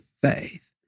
faith